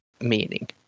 meaning